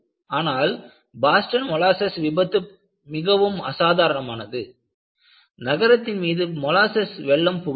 ஆனால் Boston molasses விபத்து மிகவும் அசாதாரணமானது நகரத்தின் மீது மொலாசஸ் வெள்ளம் புகுந்தது